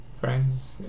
friends